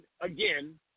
again –